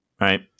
right